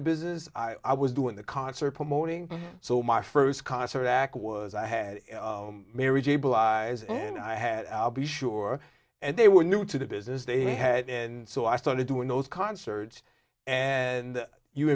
the business i was doing the concert promoting so my first concert act was i had married and i had i'll be sure and they were new to the business they had in so i started doing those concerts and you